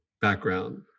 background